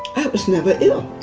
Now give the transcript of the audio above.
i was never ill.